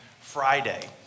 Friday